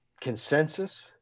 consensus